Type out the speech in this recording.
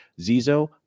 Zizo